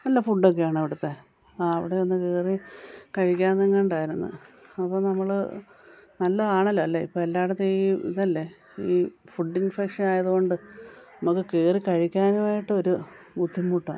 നല്ല ഫുഡൊക്കെയാണോ അവിടുത്തെ ആ അവിടെയൊന്ന് കയറി കഴിക്കാമെന്നെങ്ങാണ്ടായിരുന്നു അപ്പം നമ്മൾ നല്ലതാണല്ലോല്ലെ ഇപ്പം എല്ലായിടത്തും ഈ ഇതല്ലേ ഈ ഫുഡ് ഇൻഫെക്ഷായത് കൊണ്ട് നമുക്ക് കയറി കഴിക്കാനുവായിട്ടൊരു ബുദ്ധിമുട്ടാണ്